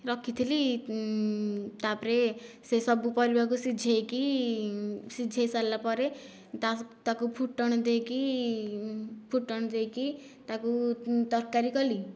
ରଖିଥିଲି ତାପରେ ସେ ସବୁ ପରିବାକୁ ସିଝାଇକି ସିଝାଇ ସାରିଲା ପରେ ତାକୁ ଫୁଟଣ ଦେଇକି ଫୁଟଣ ଦେଇକି ତାକୁ ତରକାରୀ କଲି